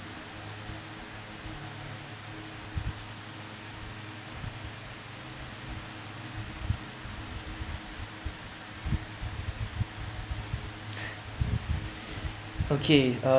okay um